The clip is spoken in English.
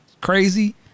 crazy